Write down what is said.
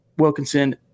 Wilkinson